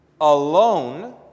alone